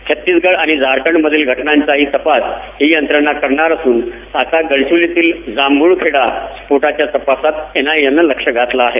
छत्तीसगड आणि झारखंडमधील घटनांचाही तपास ही यंत्रणा करणार असून आता गडचिरोलीतील जांभूळखेडा स्फोटाच्या तपासात एनआयएने लक्ष घातलं आहे